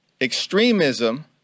extremism